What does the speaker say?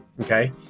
Okay